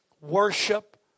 worship